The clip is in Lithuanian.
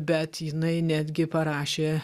bet jinai netgi parašė